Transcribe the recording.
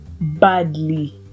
badly